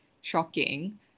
shocking